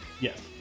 Yes